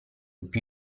più